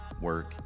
work